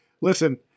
listen